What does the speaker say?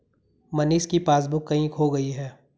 मनीष की पासबुक कहीं खो गई है